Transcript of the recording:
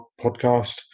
podcast